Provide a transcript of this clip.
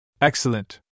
Excellent